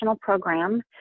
Program